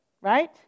right